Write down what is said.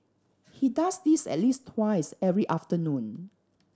he does this at least twice every afternoon